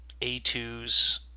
A2s